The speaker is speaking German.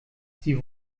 sie